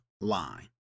line